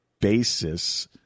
basis